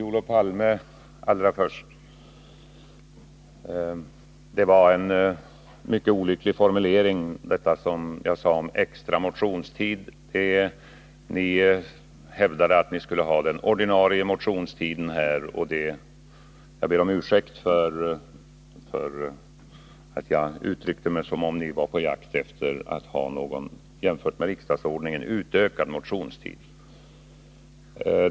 Herr talman! Allra först vänder jag mig till Olof Palme. Det var en mycket olycklig formulering, det som jag sade om extra motionstid. Ni hävdade att ni skulle ha den ordinarie motionstiden. Jag ber om ursäkt för att jag uttryckte mig som om ni var på jakt efter att få någon jämfört med riksdagsordningens regler utökad motionstid.